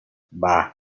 bah